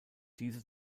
diese